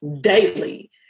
daily